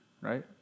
right